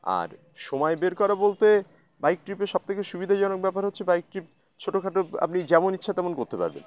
আর সময় বের করা বলতে বাইক ট্রিপে সব থেকে সুবিধাজনক ব্যবহার হচ্ছে বাইক ট্রিপ ছোটোখাটো আপনি যেমন ইচ্ছা তেমন করতে পারেন